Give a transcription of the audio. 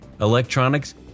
electronics